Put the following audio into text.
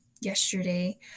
yesterday